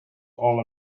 all